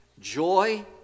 Joy